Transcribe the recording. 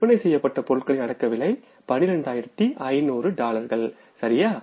விற்பனை செய்யப்பட்ட பொருட்களின் அடக்கவிலை 12500 டாலர்கள் சரியா